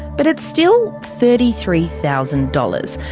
but it's still thirty three thousand dollars.